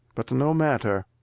but no matter,